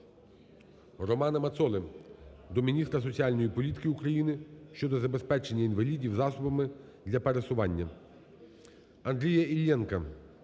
Романа Мацоли до міністра соціальної політики України щодо забезпечення інвалідів засобами для пересування.